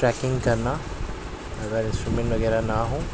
tracking کرنا اگر instrument وغیرہ نہ ہو